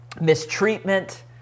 mistreatment